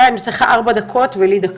יש לך ארבע דקות ולי דקה.